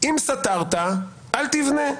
אם סתרת, אל תבנה.